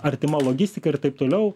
artima logistika ir taip toliau